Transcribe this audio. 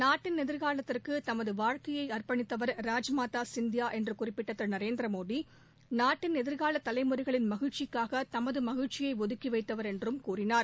நாட்டின் எதிர்காலத்திற்கு தமது வாழ்க்கையை அர்ப்பணித்தவர் ராஜாமாதா சிந்தியா என்று குறிப்பிட்ட திரு நரேந்திரமோடி நாட்டின் எதிர்கால தலைமுறைகளின் மகிழ்ச்சிக்காக தமது மகிழ்ச்சியை ஒதுக்கி வைத்தவர் என்றும் கூறினார்